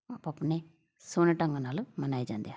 ਆਪੋ ਆਪਣੇ ਸੋਹਣੇ ਢੰਗ ਨਾਲ ਮਨਾਏ ਜਾਂਦੇ ਹਨ